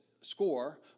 score